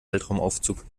weltraumaufzug